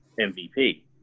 MVP